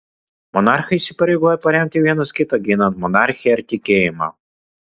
monarchai įsipareigojo paremti vienas kitą ginant monarchiją ir tikėjimą